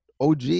OG